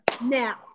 now